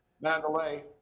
Mandalay